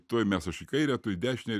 tuoj mes aš į kairę tu į dešinę